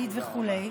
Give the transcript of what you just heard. התאגיד וכו'